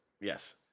yes